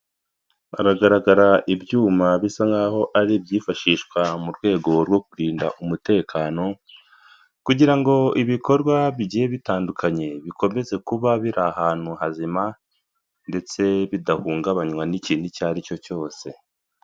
Hagaragara ibyuma bisa nk'aho ari ibyifashishwa mu rwego rwo kurinda umutekano, kugira ngo ibikorwa bigiye bitandukanye, bikomeze kuba biri ahantu hazima ndetse bidahungabanywa n'ikintu icyo ari cyo cyose.